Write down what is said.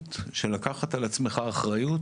המשמעות של לקחת על עצמך אחריות